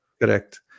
Correct